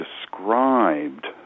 described